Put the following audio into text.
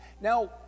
Now